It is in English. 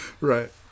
Right